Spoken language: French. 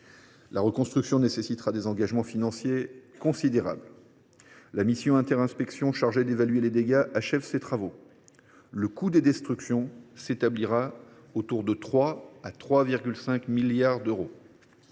La reconstruction nécessitera des engagements financiers considérables. La mission interinspections chargée d’évaluer les dégâts achève ses travaux. Le coût des destructions se situera entre 3 et 3,5 milliards d’euros.